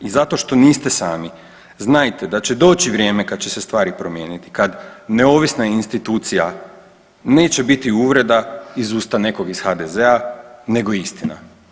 I zato što niste sami znajte da će doći vrijeme kada će se stvari promijeniti, kad neovisna institucija neće biti uvreda iz usta nekog iz HDZ-a nego istina.